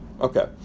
Okay